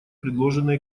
предложенный